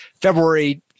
February